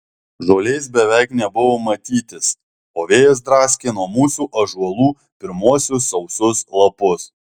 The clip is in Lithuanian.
žolės beveik nebuvo matytis o vėjas draskė nuo mūsų ąžuolų pirmuosius sausus lapus